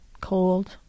cold